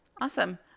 Awesome